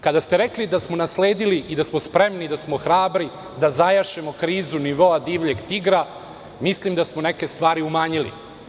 Kada ste rekli da smo nasledili i da smo spremni, da smo hrabri da zajašimo krizu nivoa divljeg tigra, mislim da smo neke stvari umanjili.